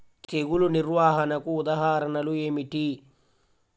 తెగులు నిర్వహణకు ఉదాహరణలు ఏమిటి?